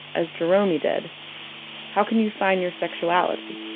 as jeromey did how can you find your sexuality?